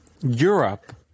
Europe